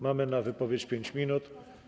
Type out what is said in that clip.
Mamy na wypowiedź 5 minut.